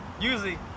Usually